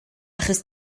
achos